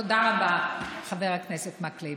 תודה רבה, חבר הכנסת מקלב.